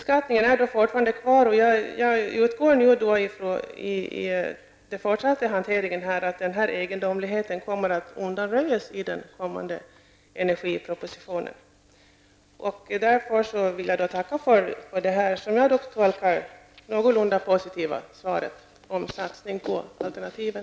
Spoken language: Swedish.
Skatten är fortfarande kvar. Jag utgår ifrån att den här egendomligheten kommer att undanröjas i den kommande energipropositionen. Jag vill därför tacka för detta någorlunda positiva svar om satsning på alternativen.